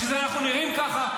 בשביל זה אנחנו נראים ככה.